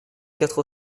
quatre